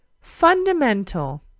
Fundamental